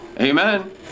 Amen